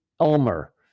Elmer